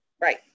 Right